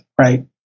right